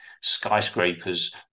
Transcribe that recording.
skyscrapers